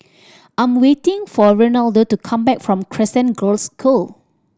I am waiting for Reinaldo to come back from Crescent Girls' School